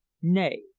nay,